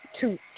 two